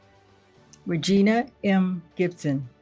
regina m. gibson